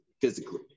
physically